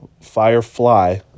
Firefly